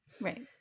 Right